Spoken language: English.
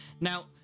now